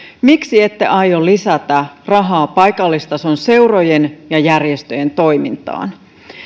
miksi ette aio lisätä rahaa paikallistason seurojen ja järjestöjen toimintaan